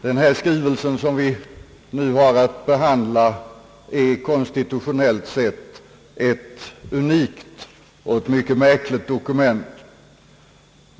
Herr talman! Den skrivelse från Kungl. Maj:t som vi nu har att behandla är konstitutionellt sett ett unikt och mycket märkligt dokument.